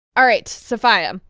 all right, sofia,